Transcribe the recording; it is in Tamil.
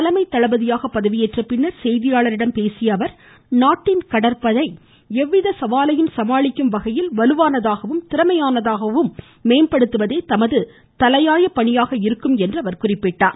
தலைமைத் தளபதியாக பதிவியேற்றபின்னர் செய்தியாளர்களிடம் பேசிய அவர் நாட்டின் கடற்படை எவ்வித சவாலையும் சமாளிக்கும் வகையில் வலுவானதாகவும் திறமையானதாகவும் மேம்படுத்துவதே தமது தலையாய பணியாக இருக்கும் என்று குறிப்பிட்டார்